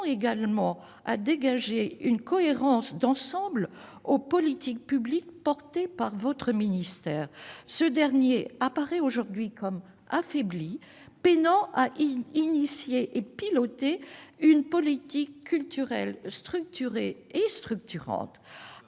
également à dégager une cohérence d'ensemble aux politiques publiques soutenues par votre ministère. Ce dernier apparaît aujourd'hui comme affaibli, peinant à engager et piloter une politique culturelle structurée et structurante.